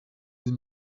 sie